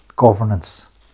Governance